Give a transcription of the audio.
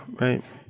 right